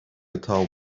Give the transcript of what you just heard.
atá